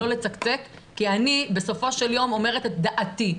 לא לצקצק כי אני אומרת את דעתי.